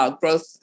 growth